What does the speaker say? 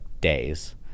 days